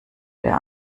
der